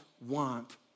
want